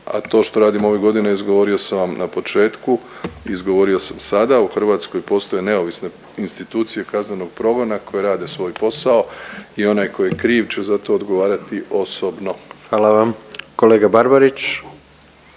a to što radimo ovih godina je izgovorio sam vam na početku, izgovorio sam sada. U Hrvatskoj postoje neovisne institucije kaznenog progona koje rade svoj posao i onaj tko je kriv će za to odgovarati osobno. **Jandroković, Gordan